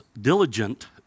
diligent